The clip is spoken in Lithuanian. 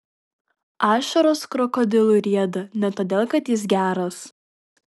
ašaros krokodilui rieda ne todėl kad jis geras